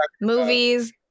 movies